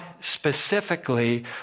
specifically